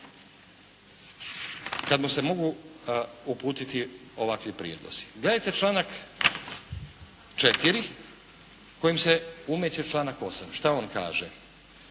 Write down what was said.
kad mu se mogu uputiti ovakvi prijedlozi. Gledajte članak 4. kojim se umeće članak 8, što on kaže.